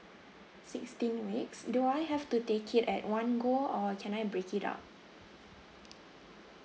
sixteen weeks do I have to take it at one go or can I break it up